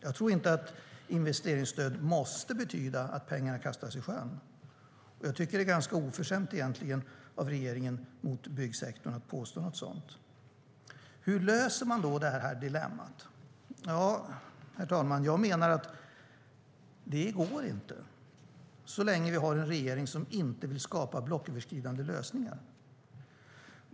Jag tror inte att investeringsstöd måste betyda att pengarna kastas i sjön. Jag tycker att det är ganska oförskämt av regeringen att påstå något sådant om byggsektorn. Hur löser man då detta dilemma? Det går inte att lösa så länge som vi har en regering som inte vill åstadkomma blocköverskridande lösningar.